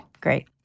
Great